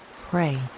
pray